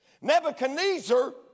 Nebuchadnezzar